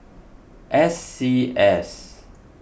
S C S